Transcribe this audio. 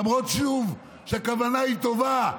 למרות, שוב, שהכוונה היא טובה.